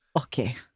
Okay